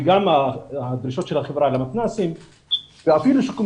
וגם הדרישות של החברה למתנ"סים ואפילו שיקום